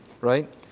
right